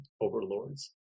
overlords